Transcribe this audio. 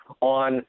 on